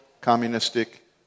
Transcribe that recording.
communistic